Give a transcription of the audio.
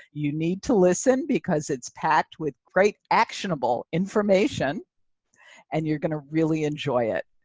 you need to listen because it's packed with great actionable information and you're gonna really enjoy it.